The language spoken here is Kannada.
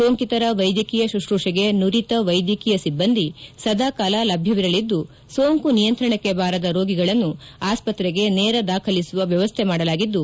ಸೋಂಕಿತರ ವೈದ್ಯಕೀಯ ಶುಶ್ರೂಶೆಗೆ ನುರಿತ ವೈದ್ಯಕೀಯ ಸಿಬ್ಬಂದಿ ಸದಾಕಾಲ ಲಭ್ಯವಿರಲಿದ್ದು ಸೋಂಕು ನಿಯಂತ್ರಣಕ್ಕೆ ಬಾರದ ರೋಗಿಗಳನ್ನು ಆಸ್ವತ್ರೆಗೆ ನೇರ ದಾಖಲಿಸುವ ವ್ಯವಸ್ಥೆ ಮಾಡಲಾಗಿದ್ದು